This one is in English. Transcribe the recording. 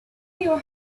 your